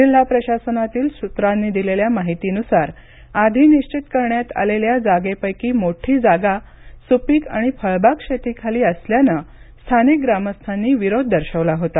जिल्हा प्रशासनातील सूत्रांनी दिलेल्या माहितीनुसार आधी निश्वित करण्यात आलेल्या जागेपैकी मोठी जागा सुपीक आणि फळबाग शेतीखाली असल्याने स्थानिक ग्रामस्थांनी विरोध दर्शवला होता